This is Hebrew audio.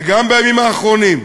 וגם בימים האחרונים,